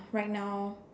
right now